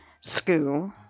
school